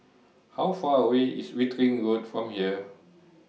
How Far away IS Wittering Road from here